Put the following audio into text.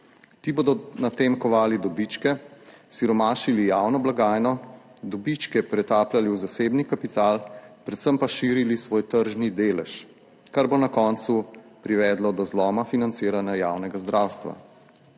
Ti bodo na tem kovali dobičke, siromašili javno blagajno, dobičke pretapljali v zasebni kapital, predvsem pa širili svoj tržni delež, kar bo na koncu privedlo do zloma financiranja javnega zdravstva.